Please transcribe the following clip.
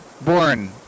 born